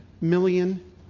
million